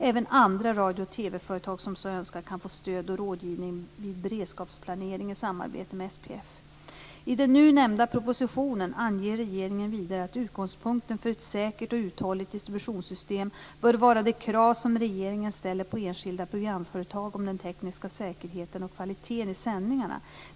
Även andra radio och TV-företag som så önskar kan få stöd och rådgivning vid beredskapsplanering i samarbete med I den nu nämnda propositionen anger regeringen vidare att utgångspunkten för ett säkert och uthålligt distributionssystem bör vara de krav som regeringen ställer på enskilda programföretag om den tekniska säkerheten och kvaliteten i sändningarna.